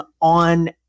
on